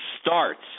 starts